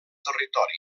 territori